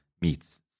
meets